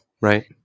right